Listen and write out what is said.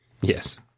Yes